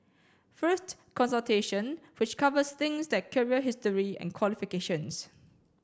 first consultation which covers things like career history and qualifications